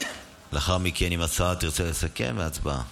לאחר מכן, אם השרה תרצה לסכם, והצבעה.